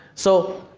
so,